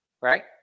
right